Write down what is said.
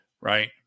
Right